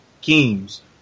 games